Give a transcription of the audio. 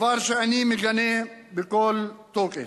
דבר שאני מגנה בכל תוקף,